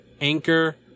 Anchor